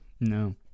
No